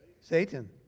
Satan